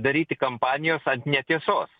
daryti kampanijos ant netiesos